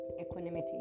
equanimity